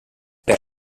per